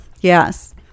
Yes